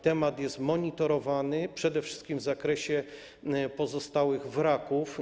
Temat jest monitorowany, przede wszystkim w zakresie pozostałych wraków.